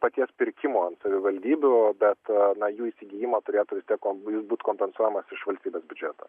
paties pirkimo ant savivaldybių bet na jų įsigijimą turėtų vis tiek jis būt kompensuojamas iš valstybės biudžeto